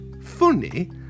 funny